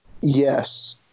yes